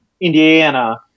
Indiana